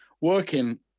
working